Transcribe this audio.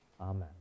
Amen